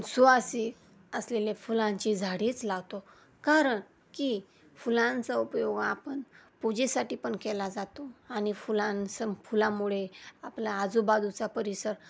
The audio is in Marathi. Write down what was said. सुवासिक असलेले फुलांची झाडेच लावतो कारण की फुलांचा उपयोग हा आपण पूजेसाठी पण केला जातो आणि फुलां सं फुलामुळे आपला आजूबाजूचा परिसर